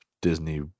Disney